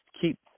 keep